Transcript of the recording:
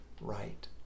right